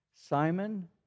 Simon